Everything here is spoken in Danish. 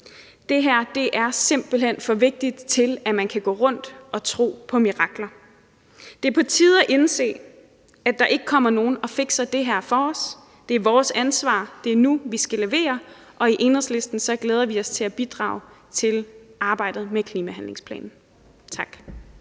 Det her er simpelt hen for vigtigt til, at man kan gå rundt og tro på mirakler. Det er på tide at indse, at der ikke kommer nogen og fikser det her for os; det er vores ansvar, og det er nu, vi skal levere. I Enhedslisten glæder vi os til at bidrage til arbejdet med klimahandlingsplanen. Tak.